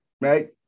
right